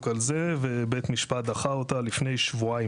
על זה ובית משפט דחה אותה לפני שבועיים,